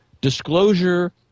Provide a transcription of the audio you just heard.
disclosure